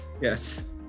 Yes